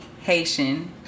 Haitian